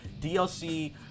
DLC